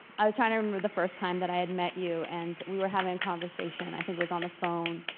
i was trying to remember the first time that i had met you, and we were having a conversation, i think it was on the phone.